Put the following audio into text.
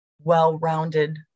well-rounded